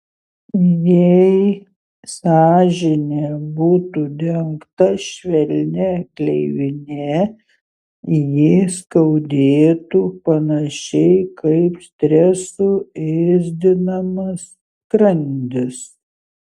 jei sąžinė būtų dengta švelnia gleivine ji skaudėtų panašiai kaip stresų ėsdinamas skrandis